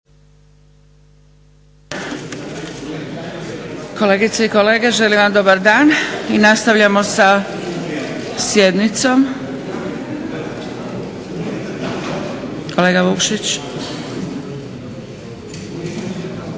Kolegice i kolege, želim vam dobar dan. Nastavljamo sa sjednicom. Kolega Vukšić. Možemo početi?